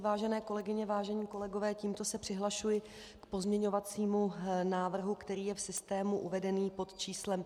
Vážené kolegyně, vážení kolegové, tímto se přihlašuji k pozměňovacímu návrhu, který je v systému uvedený pod číslem 3482.